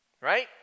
Right